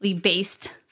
based